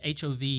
HOV